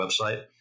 website